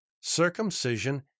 circumcision